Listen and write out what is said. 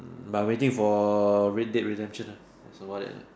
but I am waiting for Red Dead Redemption lah that's about it ah